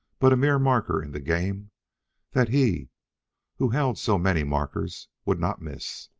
but a mere marker in the game that he who held so many markers would not miss.